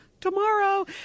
tomorrow